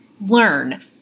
LEARN